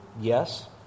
Yes